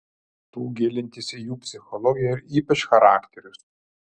tų gilintis į jų psichologiją ir ypač charakterius